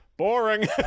boring